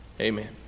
amen